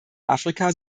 afrika